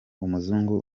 umuzungu